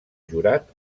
jurat